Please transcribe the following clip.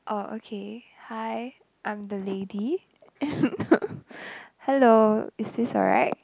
oh okay hi I'm the lady hello is this alright